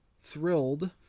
thrilled